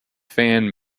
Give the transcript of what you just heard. fan